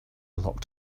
locked